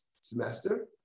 semester